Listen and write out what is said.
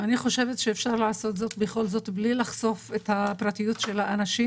אני חושבת שאפשר לעשות זאת בכל זאת בלי לחשוף את הפרטיות של האנשים.